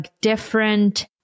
different